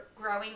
growing